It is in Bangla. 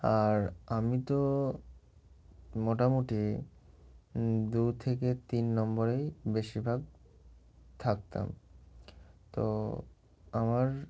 আর আমি তো মোটামুটি দু থেকে তিন নম্বরেই বেশিরভাগ থাকতাম তো আমার